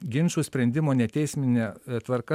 ginčų sprendimo neteismine tvarka